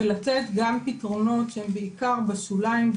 ולתת גם פתרונות שהם בעיקר בשוליים,